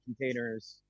containers